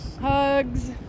Hugs